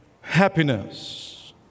happiness